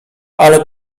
ale